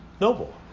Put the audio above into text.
noble